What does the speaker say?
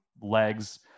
legs